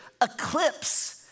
eclipse